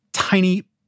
tiny